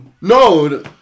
No